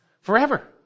Forever